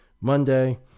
Monday